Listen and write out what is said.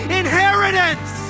inheritance